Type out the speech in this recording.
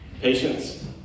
Patience